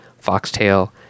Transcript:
foxtail